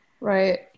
Right